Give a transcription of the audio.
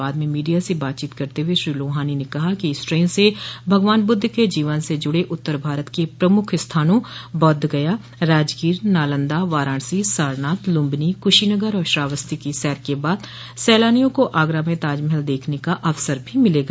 बाद में मीडिया से बातचीत करते हुए श्री लोहानी ने कहा कि इस ट्रेन से भगवान बुद्ध के जीवन से जुड़े उत्तर भारत के प्रमुख स्थानों बौद्ध गया राजगीर नालन्दा वाराणसी सारनाथ लुम्बिनी कुशीनगर और श्रावस्ती की सैर के बाद सैलानियों को आगरा में ताजमहल देखने का अवसर भी मिलेगा